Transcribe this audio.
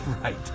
Right